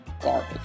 garbage